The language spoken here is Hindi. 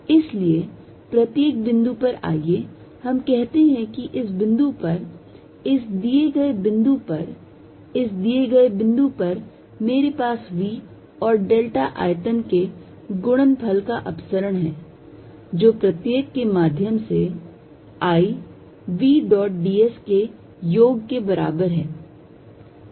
इसलिए प्रत्येक बिंदु पर आइए हम कहते हैं कि इस बिंदु पर इस दिए गए बिंदु पर इस दिए गए बिंदु पर मेरे पास v और डेल्टा आयतन के गुणनफल का अपसरण है जो प्रत्येक के माध्यम से i v dot d s के योग के बराबर है